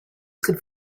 could